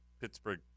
Pittsburgh